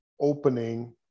opening